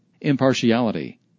impartiality